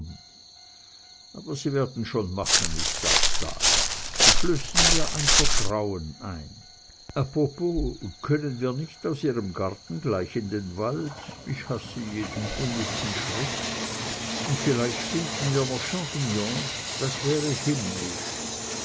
aber sie werden schon machen ich darf sagen sie flößen mir ein vertrauen ein apropos können wir nicht aus ihrem garten gleich in den wald ich hasse jeden unnützen schritt und vielleicht finden wir noch champignons das wäre himmlisch